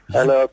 Hello